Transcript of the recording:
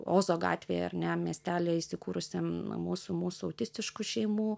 ozo gatvėje ar ne miestely įsikūrusiam mūsų mūsų autistiškų šeimų